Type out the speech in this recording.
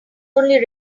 only